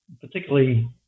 particularly